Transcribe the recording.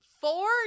four